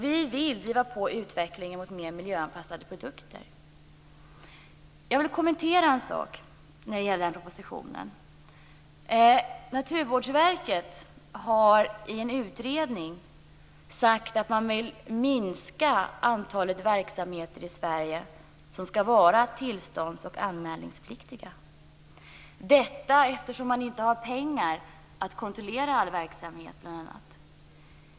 Vi vill driva på utvecklingen mot mer miljöanpassade produkter. Jag vill kommentera en sak i propositionen. Naturvårdsverket har i en utredning sagt att man vill minska antalet verksamheter i Sverige som skall vara tillstånds och anmälningspliktiga, detta bl.a. på grund av att man inte har pengar för att kontrollera all verksamhet.